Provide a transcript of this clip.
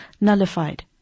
nullified